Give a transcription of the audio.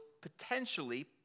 potentially